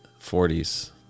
40s